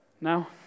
Now